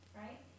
right